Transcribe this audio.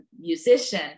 musician